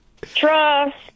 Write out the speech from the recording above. trust